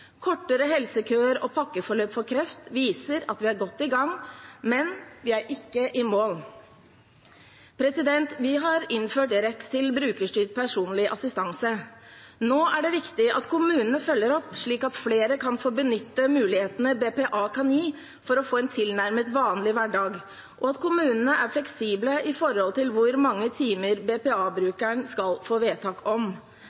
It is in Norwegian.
Kortere helsekøer og pakkeforløp for kreft viser at vi er godt i gang, men vi er ikke i mål. Vi har innført rett til brukerstyrt personlig assistanse, BPA. Nå er det viktig at kommunene følger opp, slik at flere kan få benytte muligheten BPA kan gi for å få en tilnærmet vanlig hverdag, og at kommunene er fleksible når det gjelder hvor mange timer BPA-brukeren skal få vedtak om.